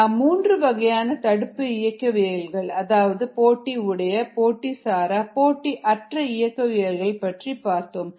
நாம் மூன்று வகையான தடுப்பு இயக்கவியல்கள் அதாவது போட்டி உடைய போட்டி சாரா போட்டி அற்ற இயக்கவியல்கள் பற்றி பார்த்தோம்